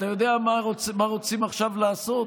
אתה יודע מה רוצים עכשיו לעשות?